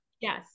yes